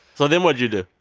so then what'd you do?